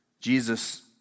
Jesus